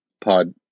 pod